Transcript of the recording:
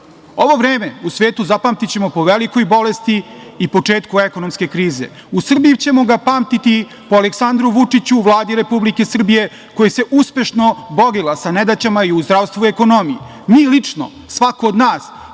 vreme u svetu zapamtićemo po velikoj bolesti i početku ekonomske krize. U Srbiji ćemo ga pamtiti po Aleksandru Vučiću, Vladi Republike Srbije koja se uspešno borila sa nedaćama i u zdravstvu i ekonomiji. Mi lično, svako od nas